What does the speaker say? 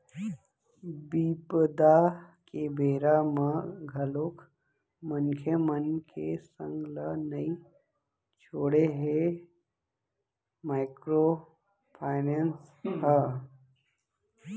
बिपदा के बेरा म घलोक मनखे मन के संग ल नइ छोड़े हे माइक्रो फायनेंस ह